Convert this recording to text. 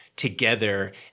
together